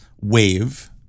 wave